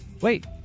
wait